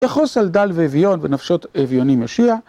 יחוס על דל ואביון ונפשות אביונים יושיע.